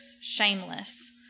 shameless